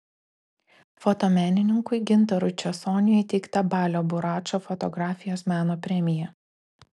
fotomenininkui gintarui česoniui įteikta balio buračo fotografijos meno premija